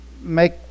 make